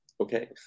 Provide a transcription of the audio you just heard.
Okay